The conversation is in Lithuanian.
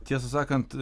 tiesą sakant